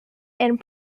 and